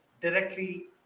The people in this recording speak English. directly